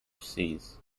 seas